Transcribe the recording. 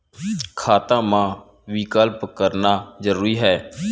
खाता मा विकल्प करना जरूरी है?